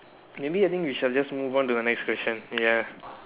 maybe I think we shall just move on to the next question ya